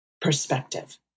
perspective